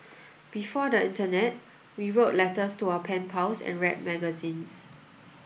before the internet we wrote letters to our pen pals and read magazines